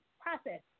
process